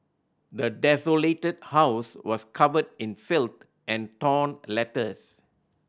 the desolated house was covered in filth and torn letters